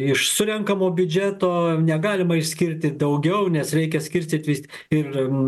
iš surenkamo biudžeto negalima išskirti daugiau nes reikia skirstytis ir